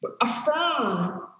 affirm